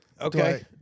Okay